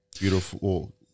beautiful